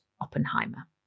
Oppenheimer